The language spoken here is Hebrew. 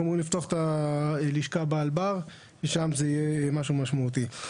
אנחנו אמורים לפתוח את הלשכה באלבר ושם יהיה משהו משמעותי.